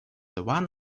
one